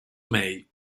may